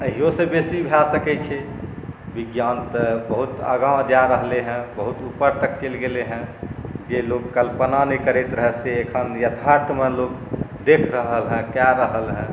अहिओसे बेसी भए सकैत छै विज्ञान तऽ बहुत आगाँ जाए रहलै हेँ बहुत ऊपर तक चलि गेलै हेँ जे लोक कल्पना नहि करैत रहए से एखन यथार्थमे लोक देख रहल हेँ कए रहल हेँ